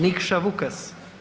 Nikša Vukas.